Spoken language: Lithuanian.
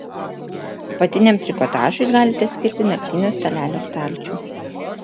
apatiniam trikotažui galite skirti naktinio stalelio stalčių